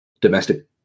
domestic